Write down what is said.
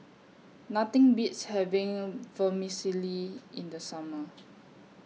Nothing Beats having Vermicelli in The Summer